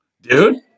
dude